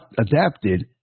adapted